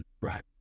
right